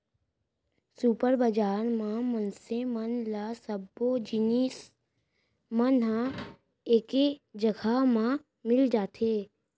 super बजार म मनसे मन ल सब्बो जिनिस मन ह एके जघा म मिल जाथे